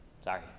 Sorry